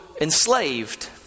enslaved